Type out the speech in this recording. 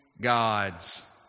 God's